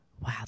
wow